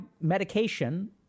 medication